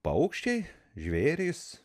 paukščiai žvėrys